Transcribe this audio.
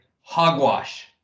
hogwash